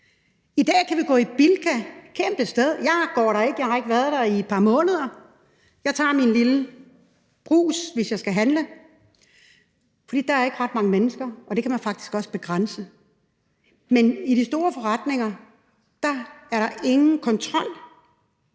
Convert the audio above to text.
I dag kan vi gå i Bilka, et kæmpe sted. Jeg går der ikke. Jeg har ikke været der i et par måneder. Jeg tager hen i min lille Brugs, hvis jeg skal handle, for der er ikke ret mange mennesker, og det kan man faktisk også begrænse. Man i de store forretninger er der ingen kontrol.